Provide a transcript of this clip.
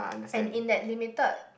and in that limited